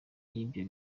y’ibyo